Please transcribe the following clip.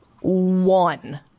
One